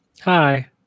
Hi